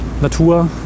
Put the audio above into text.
Natur